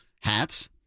hats